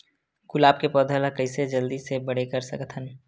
गुलाब के पौधा ल कइसे जल्दी से बड़े कर सकथन?